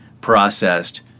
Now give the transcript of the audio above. processed